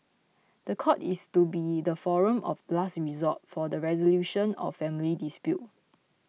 the court is to be the forum of last resort for the resolution of family dispute